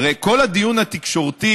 הרי כל הדיון התקשורתי,